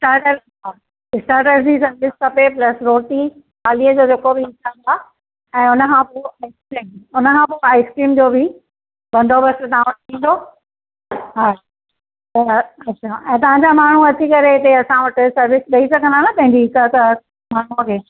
starter हा starter जी service खपे प्लस रोटी थालीअ जो जेको बि हिसाबु आहे ऐं हुन खां पोइ आइसक्रीम हुन खां पोइ आइसक्रीम जो बि बंदोबस्तु तव्हां वटि थींदो हा अच्छा ऐं तव्हां जा माण्हूं अची करे हिते असां वटि सर्विस ॾेई सघंदा न पंहिंजी हिक हिक माण्हूअ खे